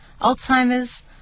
Alzheimer's